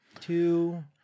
Two